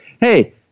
Hey